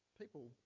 people